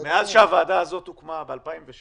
מאז שהוועדה הזאת הוקמה ב-2016